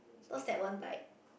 those that won't bite